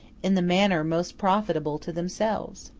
in the manner most profitable to themselves.